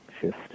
shift